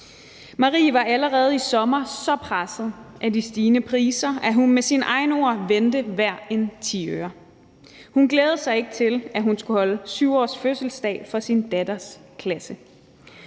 Marie var allerede i sommers så presset af de stigende priser, at hun med sine egne ord vendte hver en tiøre. Hun glædede sig ikke til, at hun skulle holde 7-årsfødselsdag for sin datters klasse,